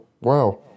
Wow